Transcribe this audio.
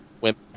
Wimp